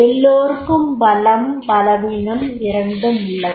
எல்லோருக்கும் பலம் பலவீனம் இரண்டும் உள்ளது